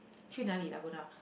去哪里 Dakota